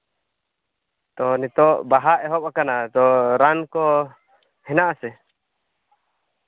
ᱛᱚ ᱱᱤᱛᱳᱜ ᱵᱟᱦᱟ ᱮᱦᱚᱵ ᱟᱠᱟᱱᱟ ᱛᱚ ᱨᱟᱱ ᱠᱚ ᱦᱮᱱᱟᱜᱼᱟ ᱥᱮ